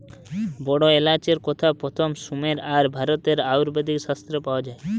বড় এলাচের কথা প্রথম সুমের আর ভারতের আয়ুর্বেদ শাস্ত্রে পাওয়া যায়